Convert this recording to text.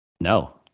No